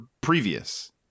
previous